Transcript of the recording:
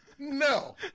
No